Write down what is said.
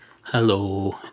hello